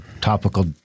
topical